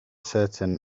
certain